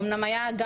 אמנם הייתה קורונה,